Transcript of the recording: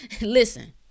listen